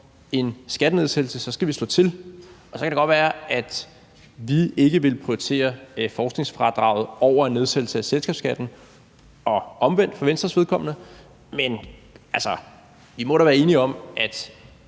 en skattenedsættelse, skal vi slå til. Så kan det godt være, at vi ikke vil prioritere forskningsfradraget over en nedsættelse af selskabsskatten, og at det er omvendt for Venstres vedkommende, men vi må da være enige om, at